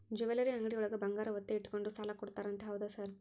Jewellery ಅಂಗಡಿಯೊಳಗ ಬಂಗಾರ ಒತ್ತೆ ಇಟ್ಕೊಂಡು ಸಾಲ ಕೊಡ್ತಾರಂತೆ ಹೌದಾ ಸರ್?